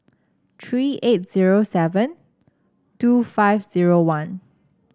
three eight zero seven two five zero one